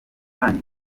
kandi